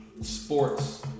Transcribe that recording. Sports